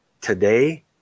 today